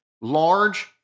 large